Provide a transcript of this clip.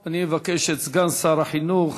תודה.